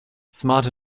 smart